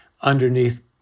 underneath